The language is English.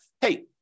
hey